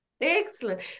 Excellent